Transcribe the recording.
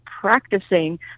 practicing